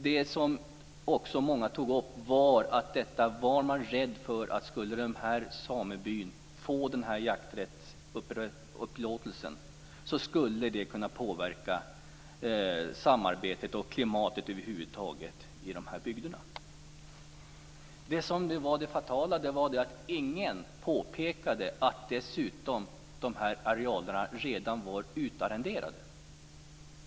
Det som också många tog upp var att man var rädd för att om den här samebyn skulle få denna jakträttsupplåtelse skulle det kunna påverka samarbetet och klimatet över huvud taget i de här bygderna. Det fatala var att ingen påpekade att de här arealerna dessutom redan var utarrenderade.